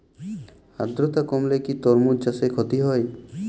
আদ্রর্তা কমলে কি তরমুজ চাষে ক্ষতি হয়?